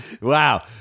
wow